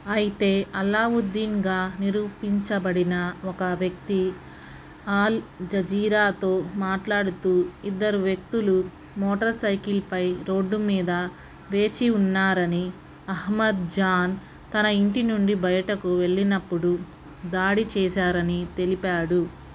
అయితే అల్లావుద్దీన్గా నిరూపించబడిన ఒక వ్యక్తి ఆల్ జజీరాతో మాట్లాడుతూ ఇద్దరు వ్యక్తులు మోటర్ సైకిల్పై రోడ్డుమీద వేచి ఉన్నారని అహ్మద్ జాన్ తన ఇంటి నుండి బయటకు వెళ్ళినప్పుడు దాడి చేశారని తెలిపాడు